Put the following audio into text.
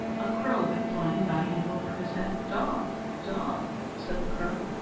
a crow went flying by him, over his head, daub! daub! said the crow.